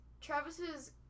Travis's